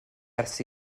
ers